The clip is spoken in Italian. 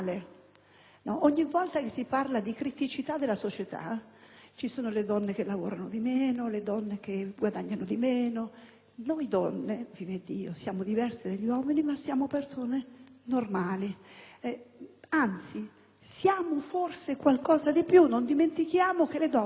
Ogni volta che si parla di criticità della società si fa riferimento alle donne che lavorano di meno, a quelle che guadagnano meno, eccetera. Noi donne - vivaddio! - siamo diverse dagli uomini ma siamo persone normali. Anzi, siamo forse qualcosa di più: non dimentichiamo che le donne